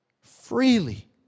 freely